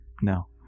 No